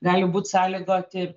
gali būt sąlygoti